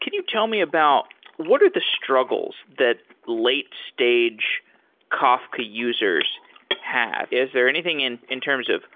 could you tell me about what are the struggles that late stage kafka users have? is there anything in in terms of